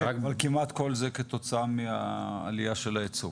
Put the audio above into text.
כן, אבל כמעט כל זה כתוצאה מהעלייה של היצוא?